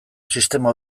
sistema